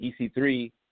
EC3